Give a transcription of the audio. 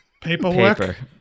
paperwork